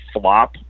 flop